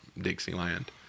Dixieland